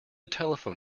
telephone